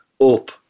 up